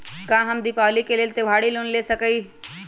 का हम दीपावली के लेल त्योहारी लोन ले सकई?